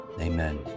Amen